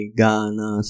Ghana